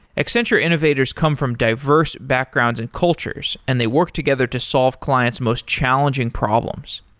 accenture innovators come from diverse backgrounds and cultures and they work together to solve client's most challenging problems.